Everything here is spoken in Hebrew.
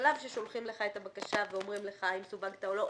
השלב ששולחים לך את הבקשה ואומרים לך אם סווגת או לא,